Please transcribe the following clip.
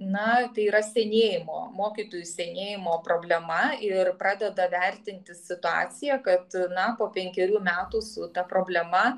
na tai yra senėjimo mokytojų senėjimo problema ir pradeda vertinti situaciją kad na po penkerių metų su ta problema